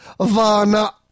Vana